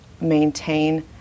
maintain